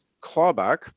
clawback